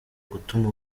gutuma